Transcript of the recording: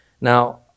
Now